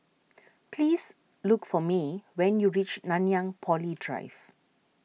please look for Mae when you reach Nanyang Poly Drive